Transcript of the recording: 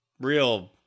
real